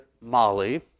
Molly